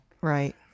Right